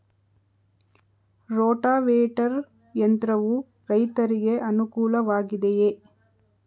Rotavator ಯಂತ್ರವು ರೈತರಿಗೆ ಅನುಕೂಲ ವಾಗಿದೆಯೇ?